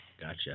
Gotcha